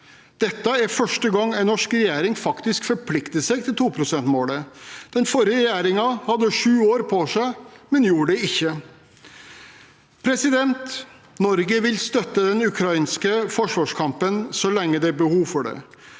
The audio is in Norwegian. Dette er første gang en norsk regjering faktisk forplikter seg til 2-prosentmålet. Den forrige regjeringen hadde sju år på seg, men gjorde det ikke. Norge vil støtte den ukrainske forsvarskampen så lenge det er behov for det.